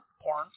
Porn